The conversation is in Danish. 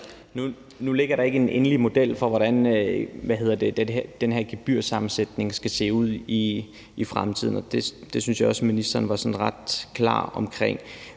Nu ligger der ikke en endelig model for, hvordan den her gebyrsammensætning skal se ud i fremtiden, og det synes jeg også ministeren var sådan ret klar om.